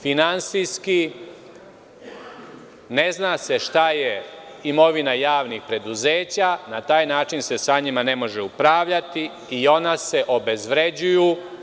Finansijski ne zna se šta je imovina javnih preduzeća i na taj način se sa njima ne može upravljati i ona se obezvređuju.